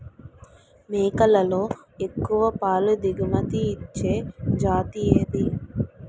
మేకలలో ఎక్కువ పాల దిగుమతి ఇచ్చే జతి ఏది?